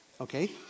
Okay